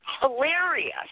hilarious